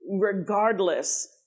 regardless